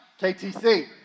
KTC